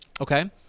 okay